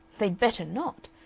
they'd better not,